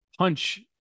Punch